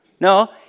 No